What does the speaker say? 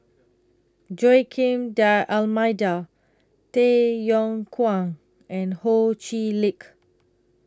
Joaquim D'almeida Tay Yong Kwang and Ho Chee Lick